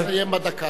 נא לסיים בדקה.